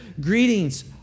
Greetings